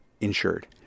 insured